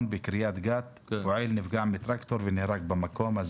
בקרית-גת פועל נפגע מטרקטור ונהרג במקום.